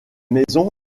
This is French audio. maison